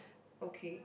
okay